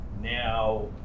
now